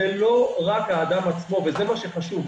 זה לא רק האדם עצמו, וזה מה שחשוב.